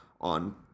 on